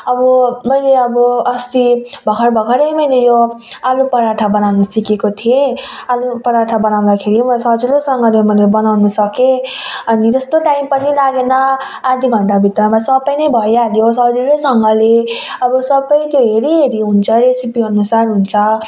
अब मैले अब अस्ति भर्खरै भर्खरै मैले यो आलु पराठा बनाउनु सिकेको थिएँ आलु पराठा बनाउँदाखेरि मैले सजिलोसँगले मैले बनाउनु सकेँ अनि त्यस्तो टाइम पनि लागेन आधा घण्टा भित्रमा सबै नै भइहाल्यो सजिलैसँगले अब सबै त्यो हेरी हेरी हुन्छ रेसिपी अनुसार हुन्छ